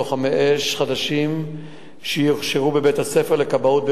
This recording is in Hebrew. לוחמי אש חדשים שיוכשרו בבית-הספר לכבאות בראשון-לציון.